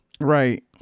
right